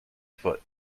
foot